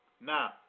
Now